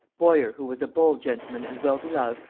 bowyer, who was a bold gentleman and well beloved,